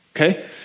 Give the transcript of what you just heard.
Okay